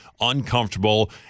uncomfortable